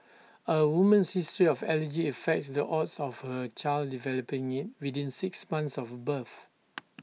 A woman's history of allergy affects the odds of her child developing IT within six months of birth